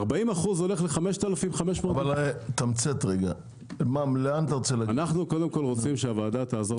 40% הולך ל-5,500 אנחנו רוצים שהוועדה תעזור